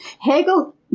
Hegel